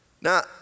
Now